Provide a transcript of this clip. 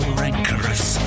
rancorous